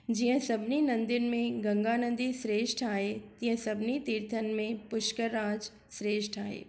जीअं सभिनी नदीनि में गंगा नदी श्रेष्ठ आहे तीअं सभिनी तीर्थनि में पुष्कर राज श्रेष्ठ आहे